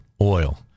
oil